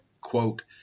quote